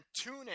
TuneIn